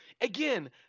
Again